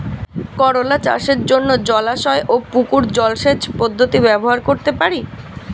করোলা চাষের জন্য জলাশয় ও পুকুর জলসেচ পদ্ধতি ব্যবহার করতে পারি?